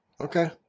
Okay